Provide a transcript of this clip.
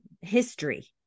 history